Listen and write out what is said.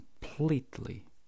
completely